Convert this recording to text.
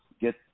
get